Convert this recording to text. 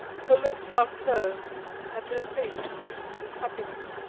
her lips are curved and her face beams with happiness.